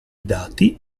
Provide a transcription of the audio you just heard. dati